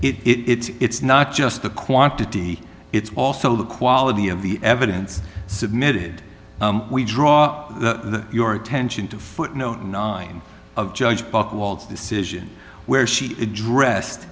it it's not just the quantity it's also the quality of the evidence submitted we draw the your attention to footnote nine of judge buchwald's decision where she addressed